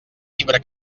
llibre